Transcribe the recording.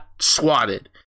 swatted